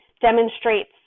demonstrates